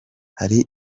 hari